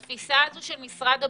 התפיסה של משרד הבריאות,